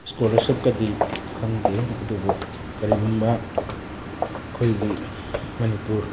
ꯁ꯭ꯀꯣꯂꯔꯁꯤꯞꯀꯗꯤ ꯈꯪꯗꯦ ꯑꯗꯨꯕꯨ ꯀꯔꯤꯒꯨꯝꯕ ꯑꯩꯈꯣꯏꯒꯤ ꯃꯅꯤꯄꯨꯔ